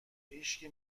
هیشکی